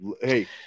Hey